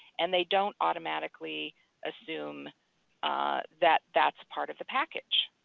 and they don't automatically assume that that's part of the package.